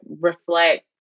reflect